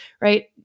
right